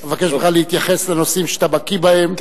אני מבקש ממך להתייחס לנושאים שאתה בקי בהם.